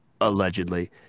allegedly